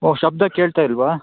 ಓ ಶಬ್ದ ಕೇಳ್ತಾ ಇಲ್ಲವಾ